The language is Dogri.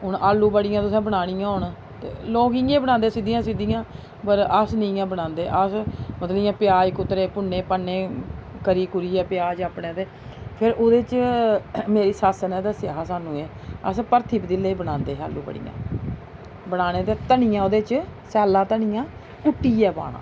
हून आलू बड़ियां तुसें बनानियां होन लोक इ'यां गै बनांदे सिद्धियां सिद्धियां पर अस निं इ'यां बनांदे अस मतलब इ'यां प्याज कुतरे भुन्ने भन्ने करी कुरियै प्याज अपने ते फ्ही ओह्दे च मेरी सस्स ने दस्सेआ हा साह्नू एह् अस भर्थी पतीले च बनांदे हे आलू बड़ियां बनान्ने ते धनिया ओह्दे च सैल्ला धनिया कुट्टियै पाना